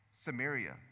Samaria